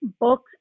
books